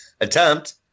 attempt